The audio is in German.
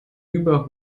über